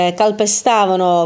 calpestavano